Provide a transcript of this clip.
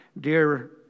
dear